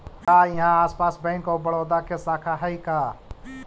का इहाँ आसपास बैंक ऑफ बड़ोदा के शाखा हइ का?